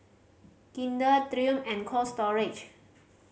Kinder Triumph and Cold Storage